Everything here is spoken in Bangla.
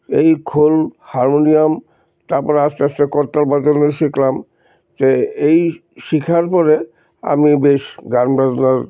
এই খোল হারমোনিয়াম তারপরে আস্তে আস্তে করতাল বাজানো শিখলাম যে এই শেখার পরে আমি বেশ গান বাজনার